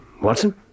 Watson